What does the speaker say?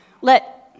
Let